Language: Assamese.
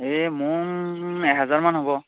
এই মোন এহেজাৰমান হ'ব